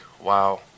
wow